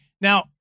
Now